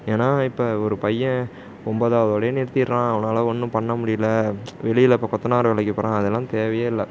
ஏன்னா இப்போ ஒரு பையன் ஒன்பதாவதோடயே நிறுத்திடுறான் அவனால் ஒன்றும் பண்ண முடியல வெளியில் இப்போ கொத்தனார் வேலைக்கு போகிறான் அதெல்லாம் தேவையே இல்லை